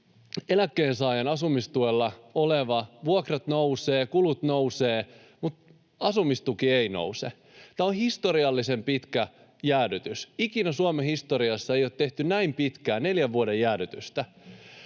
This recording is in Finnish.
eläkkeensaajan asumistuella olevan vuokrat nousevat, kulut nousevat, mutta asumistuki ei nouse. Tämä on historiallisen pitkä jäädytys. Ikinä Suomen historiassa ei ole tehty näin pitkää, neljän vuoden jäädytystä.